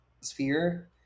sphere